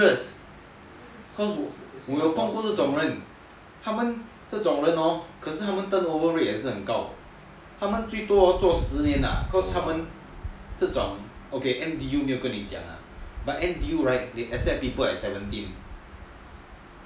serious 我有碰过这种人但是他们的 turnover rate 很高他们最多做十年 lah cause 他们这种 okay N_T_U 没有跟你讲 ah but N_T_U right they accept people at seventeen